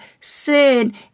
sin